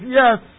yes